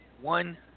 One